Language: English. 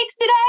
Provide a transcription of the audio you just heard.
today